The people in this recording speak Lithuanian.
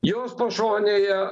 jos pašonėje